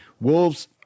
Wolves